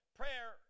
prayer